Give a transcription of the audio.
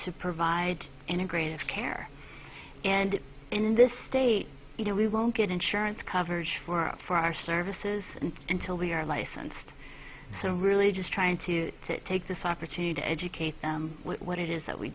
to provide integrated care and in this state you know we won't get insurance coverage for up for our service is and until we are licensed so really just trying to take this opportunity to educate what it is that we